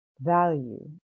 value